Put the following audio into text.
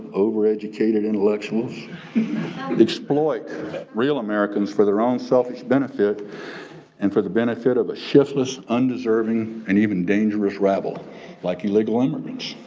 over-educated intellectuals exploit real americans for their own selfish benefit and for the benefit of a shiftless undeserving and even dangerous rabble like illegal immigrants.